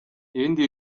ibindi